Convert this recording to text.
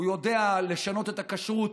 הוא יודע לשנות את הכשרות,